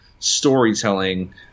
storytelling